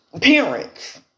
Parents